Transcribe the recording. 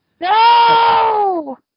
No